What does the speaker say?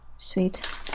Sweet